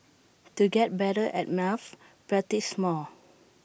to get better at maths practise more